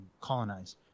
colonize